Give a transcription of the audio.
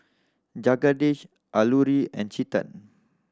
Jagadish Alluri and Chetan